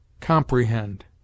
comprehend